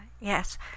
Yes